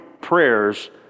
prayers